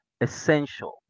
essential